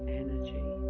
energy